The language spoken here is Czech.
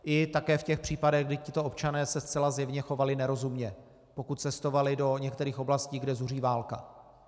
I také v těch případech, kdy tito občané se zcela zjevně chovali nerozumně, pokud cestovali do některých oblastí, kde zuří válka.